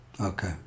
Okay